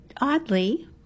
oddly